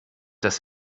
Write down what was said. dass